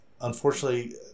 unfortunately